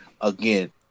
again